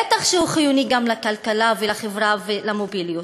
בטח שהוא חיוני גם לכלכלה, ולחברה, ולמוביליות.